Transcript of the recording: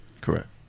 Correct